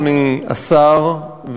אדוני השר,